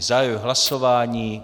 Zahajuji hlasování.